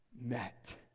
met